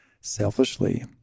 selfishly